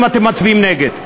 אם אתם מצביעים נגד.